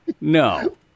No